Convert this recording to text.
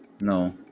No